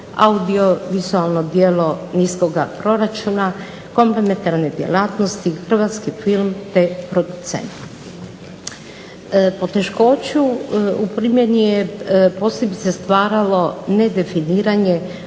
audiovizualno djelo niskoga proračuna, komplementarne djelatnosti, hrvatski film te producent. Poteškoću u primjeni je posebice stvaralo nedefiniranje